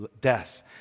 death